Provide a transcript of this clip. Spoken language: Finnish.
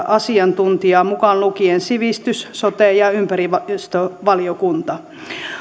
asiantuntijaa mukaan lukien sivistys sote ja ympäristövaliokunnan